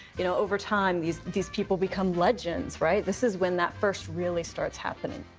you know, over time, these these people become legends, right? this is when that first really starts happening.